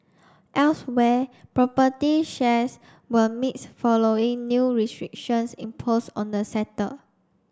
elsewhere property shares were mixed following new restrictions imposed on the sector